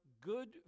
good